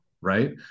right